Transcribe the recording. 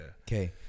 Okay